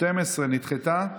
12 נדחתה.